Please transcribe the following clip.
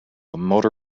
motor